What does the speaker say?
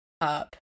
up